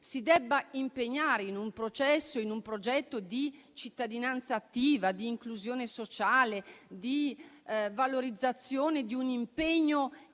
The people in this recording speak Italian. si debba impegnare in un progetto di cittadinanza attiva, di inclusione sociale, di valorizzazione di un impegno